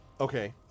Okay